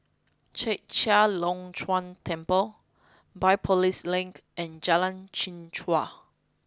Chek Chai Long Chuen Temple Biopolis Link and Jalan Chichau